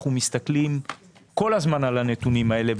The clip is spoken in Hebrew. אנחנו מסתכלים כל הזמן על הנתונים האלה,